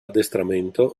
addestramento